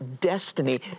Destiny